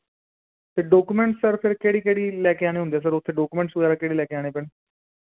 ਤੇ document sir ਫਿਰ ਕਿਹੜੀ ਕਿਹੜੀ ਲੈ ਕੇ ਆਣੇ ਹੁੰਦੇ ਸਰ ਉੱਥੇ ਡਾਕੂਮੈਂਟਸ ਵਗੈਰਾ ਕਿਹੜੇ ਲੈ ਕੇ ਆਣੇ ਪੈਣੇ